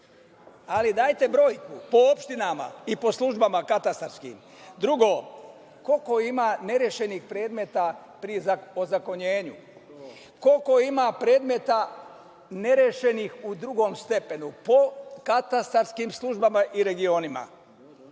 ali dajte brojku, po opštinama i po službama katastarskim. Drugo, koliko ima nerešenih predmeta pri ozakonjenju. Koliko ima predmeta nerešenih u drugom stepenu po katastarskim službama i regionima? Te